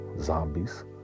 zombies